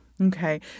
Okay